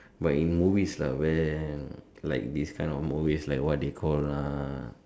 but in movies lah where like in this type of movies like what they call uh